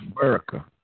america